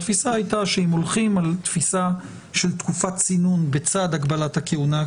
התפיסה היתה שאם הולכים על תפיסה של תקופת צינון בצד הגבלת הכהונה,